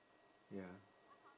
ya